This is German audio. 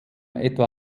etwa